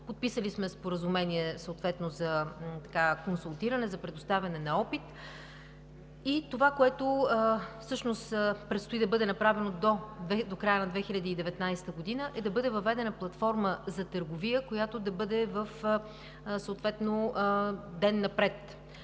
Подписали сме споразумение за консултиране, за предоставяне на опит. Това, което предстои да бъде направено до края на 2019 г., е да бъде въведена платформа за търговия, която да бъде съответно ден напред.